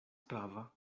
prava